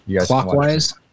Clockwise